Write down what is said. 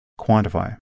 quantify